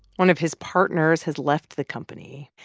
one of his partners has left the company.